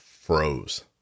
froze